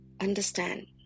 understand